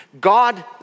God